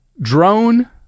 drone